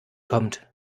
kommt